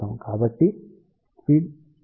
కాబట్టివద్ద feed ఉందని మీరు చూడవచ్చు